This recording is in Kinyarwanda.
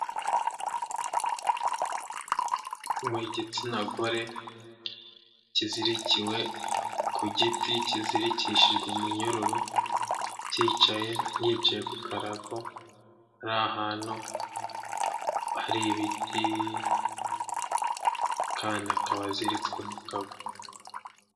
Igitsina gore kizirikiwe ku giti, kizirikishijwe umunyururu, yicaye ku karago ari ahantu hari ibiti akaba aziritswe mu kagoma.